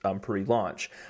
pre-launch